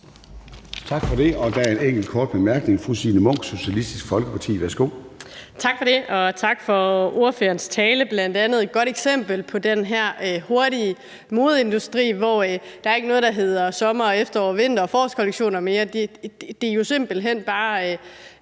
Tak for det. Der er en enkelt kort bemærkning fra fru Signe Munk, Socialistisk Folkeparti. Værsgo. Kl. 14:01 Signe Munk (SF): Tak for det, og tak for ordførerens tale. Det er bl.a. et godt eksempel på den her hurtige modeindustri, hvor der ikke længere er noget, der hedder sommer-, efterårs-, vinter- og forårskollektioner. Det er simpelt hen bare